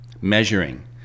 measuring